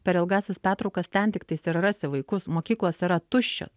per ilgąsias pertraukas ten tiktais ir rasi vaikus mokyklos yra tuščios